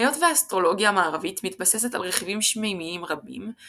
היות שהאסטרולוגיה המערבית מתבססת על רכיבים שמימיים רבים,